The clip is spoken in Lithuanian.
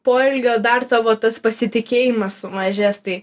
poelgio dar tavo tas pasitikėjimas sumažės tai